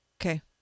Okay